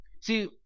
See